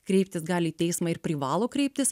kreiptis gali į teismą ir privalo kreiptis